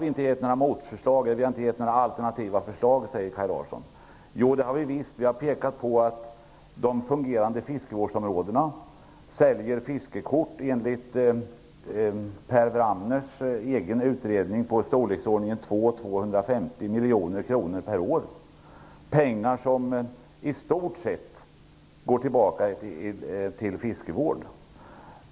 Kaj Larsson säger att vi inte har lämnat några alternativa förslag. Det har vi visst! Vi har pekat på att de fungerande fiskevårdsområdena säljer fiskekort för ca 200-250 miljoner kronor per år enligt Per Wramners utredning. Detta är pengar som i stort sett går tillbaka till fiskevården.